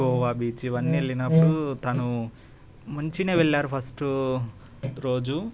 Goa beach ఇవన్నీ వెళ్ళినప్పుడు తను మంచిన వెళ్లారు ఫస్టు రోజు